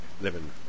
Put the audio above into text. living